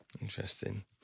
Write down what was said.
Interesting